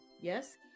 Yes